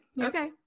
okay